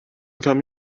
come